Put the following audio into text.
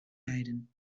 rijden